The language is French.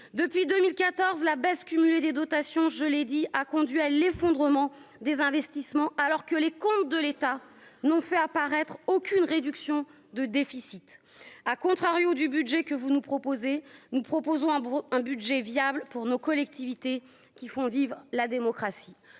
depuis 2014 la baisse cumulée des dotations, je l'ai dit, a conduit à l'effondrement des investissements alors que les comptes de l'État n'ont fait apparaître aucune réduction de déficit à contrario du budget que vous nous proposez, nous proposons un budget viable pour nos collectivités qui font vivre la démocratie,